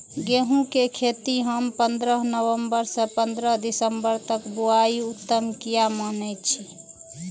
गेहूं के खेती हम पंद्रह नवम्बर से पंद्रह दिसम्बर तक बुआई उत्तम किया माने जी?